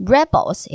Rebels